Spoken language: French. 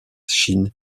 chine